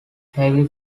heavily